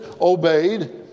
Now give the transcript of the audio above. obeyed